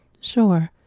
sure